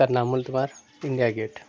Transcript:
তার নাম India gate